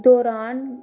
ਦੌਰਾਨ